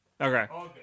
Okay